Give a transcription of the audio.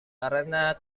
karena